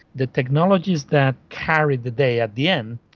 the technologies that carried the day at the end,